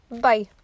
bye